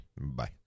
Bye